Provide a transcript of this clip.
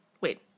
wait